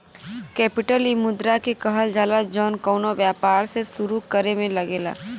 capital इ मुद्रा के कहल जाला जौन कउनो व्यापार के सुरू करे मे लगेला